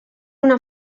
una